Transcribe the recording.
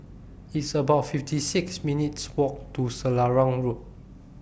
It's about fifty six minutes' Walk to Selarang Road